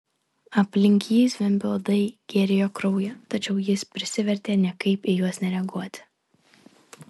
aplink jį zvimbė uodai gėrė jo kraują tačiau jis prisivertė niekaip į juos nereaguoti